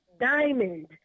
diamond